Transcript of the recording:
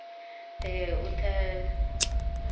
ते उत्थै